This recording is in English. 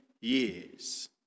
years